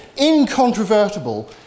incontrovertible